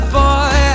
boy